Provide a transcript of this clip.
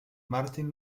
martin